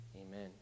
Amen